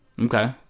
Okay